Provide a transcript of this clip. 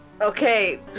okay